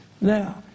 Now